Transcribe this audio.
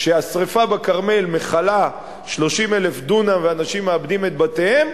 כשהשרפה בכרמל מכלה 30,000 דונם ואנשים מאבדים את בתיהם,